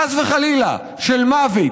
חס וחלילה של מוות,